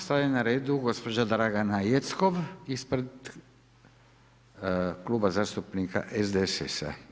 Sada je na redu gospođa Dragana Jeckov ispred Kluba zastupnika SDSS-a.